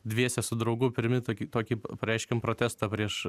dviese su draugu pirmi tokį tokį pareiškėm protestą prieš